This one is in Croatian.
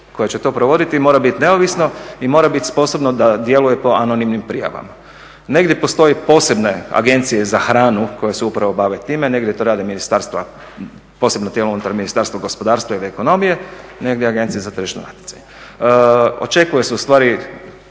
koje će to provoditi mora bit neovisno i mora bit sposobno da djeluje po anonimnim prijavama. Negdje postoje posebne agencije za hranu koje se upravo bave time, negdje to rade ministarstva, posebno tijelo unutar ministarstva gospodarstva ili ekonomije, negdje agencije za tržišno natjecanje. Očekuje se ustvari